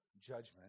judgment